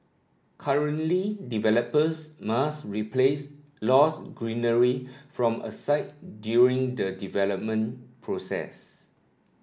currently developers must replace lost greenery from a site during the development process